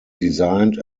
designed